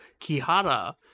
Kihara